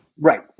Right